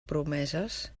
promeses